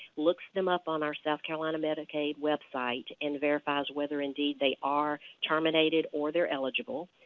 looks them up on our south carolina medicaid website, and verifies whether indeed they are terminated or they are eligible.